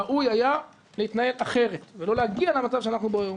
ראוי היה להתנהל אחרת ולא להגיע למצב שאנחנו בו היום.